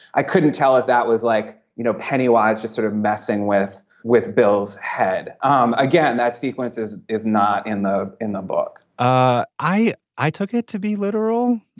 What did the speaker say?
i couldn't tell if that was like you know pennywise just sort of messing with with bill's head. um again that sequence is is not in the in the book ah i i took it to be literal.